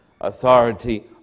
authority